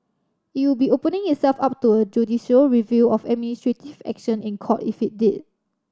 it would be opening itself up to a judicial review of administrative action in court if it did